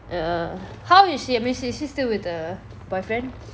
err how is she I mean is she's still with the boyfriend